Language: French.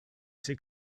c’est